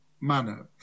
manner